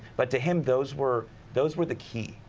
but to him those were those were the keys.